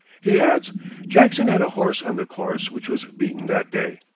he adds jackson had a horse on the course which was beaten that day.